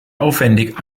aufwendig